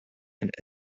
and